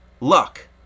luck